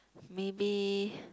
maybe